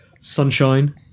Sunshine